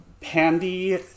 Pandy